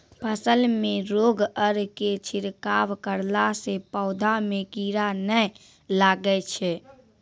फसल मे रोगऽर के छिड़काव करला से पौधा मे कीड़ा नैय लागै छै?